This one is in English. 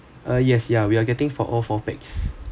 ah yes yeah we are getting for all four pax